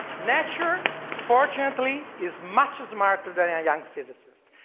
nature, fortunately, is much smarter than a young physicist,